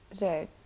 Right